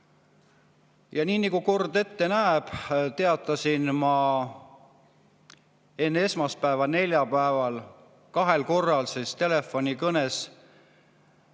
Ja nii nagu kord ette näeb, teatasin ma enne esmaspäeva, neljapäeval kahel korral telefonikõnes